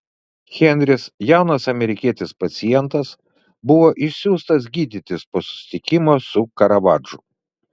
henris jaunas amerikietis pacientas buvo išsiųstas gydytis po susitikimo su karavadžu